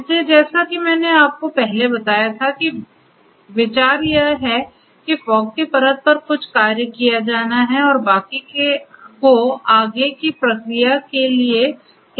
इसलिए जैसा कि मैंने आपको पहले बताया था कि विचार यह है कि फॉग की परत पर कुछ कार्य किया जाना है और बाकी को आगे की प्रक्रिया के लिए क्लाउड पर भेजा जाना है